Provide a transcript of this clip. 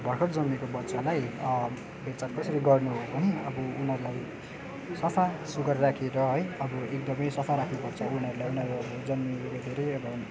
भर्खर जन्मेको बच्चालाई हेरचार कसरी गर्ने हो भने अब उनीहरूलाई सफासुग्घर राखेर है अब एकदमै सफा राख्नुपर्छ उनीहरूलाई उनीहरू अब जन्मिनेबित्तिकै धेरै अब